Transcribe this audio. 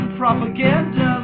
propaganda